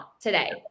today